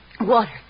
water